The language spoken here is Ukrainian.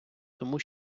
тому